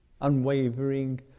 unwavering